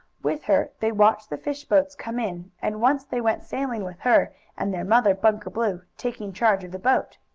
with her they watched the fish boats come in, and once they went sailing with her and their mother, bunker blue taking charge of the boat.